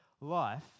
life